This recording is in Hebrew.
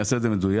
אעשה את זה במדויק.